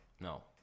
No